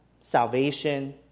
salvation